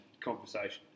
conversation